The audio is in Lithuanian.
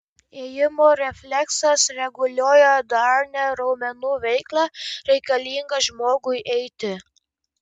ėjimo refleksas reguliuoja darnią raumenų veiklą reikalingą žmogui eiti